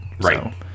right